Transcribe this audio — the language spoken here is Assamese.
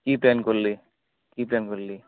কি প্লেন কৰিলি কি প্লেন কৰিলি